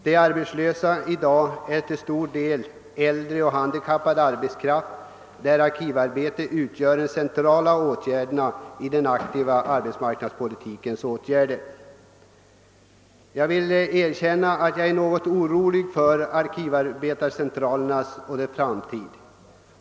De arbetslösa utgörs i dag till stor del av äldre och handikappad arbetskraft, och arkivarbete är en av de centrala åtgärderna i den aktiva arbetsmarknadspolitiken. Jag måste erkänna att jag är något orolig för arkivarbetscentralernas framtid.